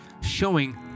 showing